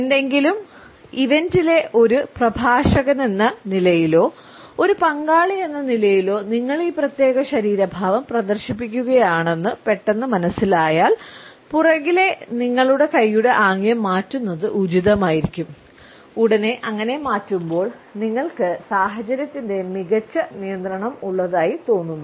ഏതെങ്കിലും ഇവന്റിലെ ഒരു പ്രഭാഷകനെന്ന നിലയിലോ ഒരു പങ്കാളിയെന്ന നിലയിലോ നിങ്ങൾ ഈ പ്രത്യേക ശരീര ഭാവം പ്രദർശിപ്പിക്കുകയാണെന്ന് പെട്ടെന്ന് മനസ്സിലായാൽ പുറകിലെ നിങ്ങളുടെ കൈയുടെ ആംഗ്യം മാറ്റുന്നത് ഉചിതമായിരിക്കും ഉടനെ അങ്ങനെ മാറ്റുമ്പോൾ നിങ്ങൾക്ക് സാഹചര്യത്തിന്റെ മികച്ച നിയന്ത്രണം ഉള്ളതായി തോന്നുന്നു